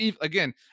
Again